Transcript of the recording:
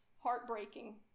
heartbreaking